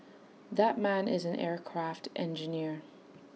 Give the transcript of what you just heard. that man is an aircraft engineer